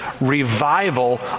revival